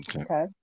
Okay